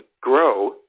grow